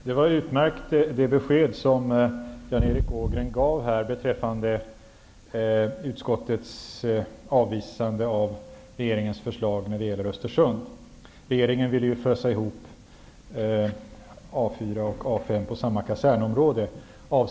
Herr talman! Det besked som Jan Erik Ågren gav beträffande utskottets avvisande av regeringens förslag angående Östersund var utmärkt. Regeringen ville ju fösa ihop A 4 och I 5 på samma kasernområde.